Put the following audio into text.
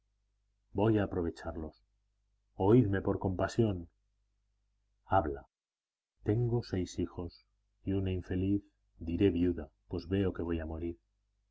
voy a aprovecharlos oídme por compasión habla tengo seis hijos y una infeliz diré viuda pues veo que voy a morir